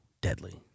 Deadly